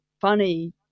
funny